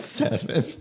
seven